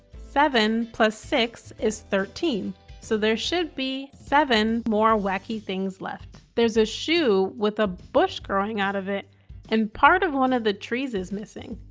seven six is thirteen so there should be seven more wacky things left. there's a shoe with a bush growing out of it and part of one of the trees is missing.